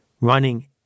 running